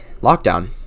lockdown